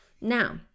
Now